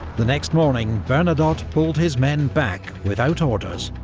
the next morning bernadotte pulled his men back without orders,